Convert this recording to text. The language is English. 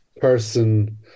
person